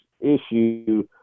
issue